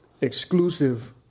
exclusive